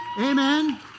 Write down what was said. Amen